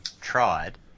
tried